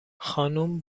خانم